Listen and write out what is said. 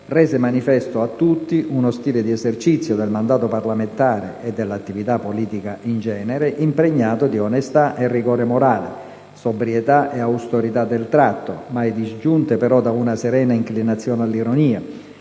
rese manifesto a tutti uno stile di esercizio del mandato parlamentare - e dell'attività politica in genere - impregnato di onestà e rigore morale, sobrietà e austerità del tratto (mai disgiunte però da una serena inclinazione all'ironia),